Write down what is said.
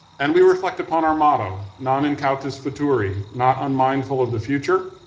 and we reflect upon our motto, non incautus futuri, not unmindful of the future,